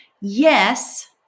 yes